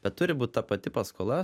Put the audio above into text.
bet turi būt ta pati paskola